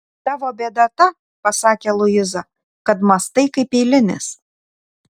tavo bėda ta pasakė luiza kad mąstai kaip eilinis